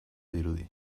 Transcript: dirudi